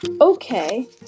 Okay